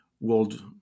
World